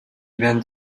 bent